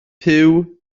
puw